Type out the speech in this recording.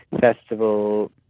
festival